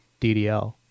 DDL